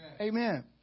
Amen